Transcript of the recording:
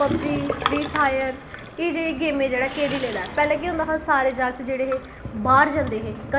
कि जे जागत हून एह् खेलना पसंद गै नीं करदे हैन कि जे जागत ओहदी जगहा पबजी फ्रीफायर एह् जेहड़ी गेमें जेह्ड़ा घेरी लेदा ऐ पैह्ले केह्हों दा हा सारे जागत जेह्ड़े हे बाह्र जंदे हे